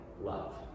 love